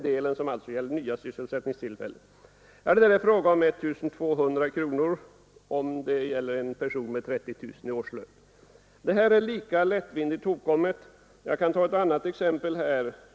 Det är här fråga om 1 200 kronor, om det gäller en person med 30000 i årslön. Detta förslag är lika lättvindigt hopkommet. Jag kan ta ett annat exempel.